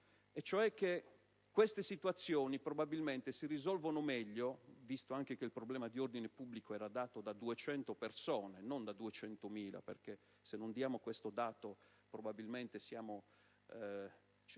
di tensione probabilmente si risolvono meglio (visto anche che il problema di ordine pubblico era dato da 200 persone, non da 200.000, perché se non diamo questo dato probabilmente capiamo